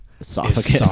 esophagus